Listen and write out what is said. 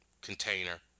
Container